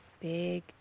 big